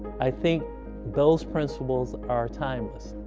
i think those principles are timeless.